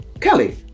Kelly